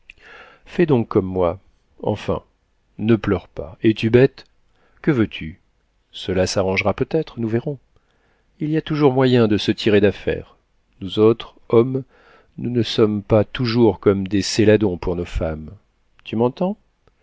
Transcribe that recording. fais donc comme moi enfin ne pleure pas es-tu bête que veux-tu cela s'arrangera peut-être nous verrons il y a toujours moyen de se tirer d'affaire nous autres hommes nous ne sommes pas toujours comme des céladons pour nos femmes tu m'entends